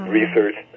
research